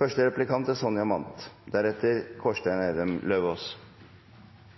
Først vil jeg rose Kristelig Folkeparti for et veldig godt, aktivt og konstruktivt samarbeid for